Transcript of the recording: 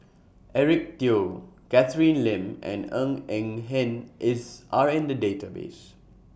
Eric Teo Catherine Lim and Ng Eng Hen IS Are in The Database